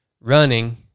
running